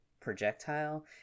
projectile